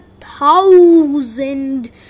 thousand